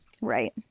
Right